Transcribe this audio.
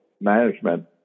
management